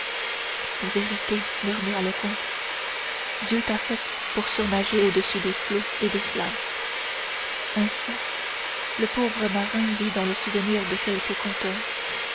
bonapartisme vérité murmura le comte dieu t'a faite pour surnager au-dessus des flots et des flammes ainsi le pauvre marin vit dans le souvenir de quelques conteurs